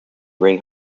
bring